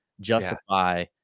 justify